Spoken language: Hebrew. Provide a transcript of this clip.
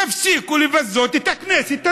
תפסיקו לבזות את הכנסת הזאת.